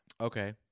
okay